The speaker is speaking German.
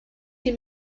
die